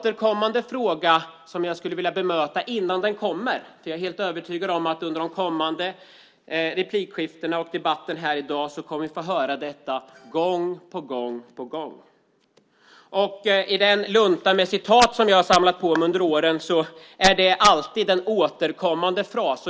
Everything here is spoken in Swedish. Jag vill bemöta en återkommande fråga innan den kommer. Jag är helt övertygad om att vi under de kommande replikskiftena och under debatten i dag kommer att få höra den gång på gång. I den lunta med citat som jag har samlat på mig under åren är det en alltid återkommande fras.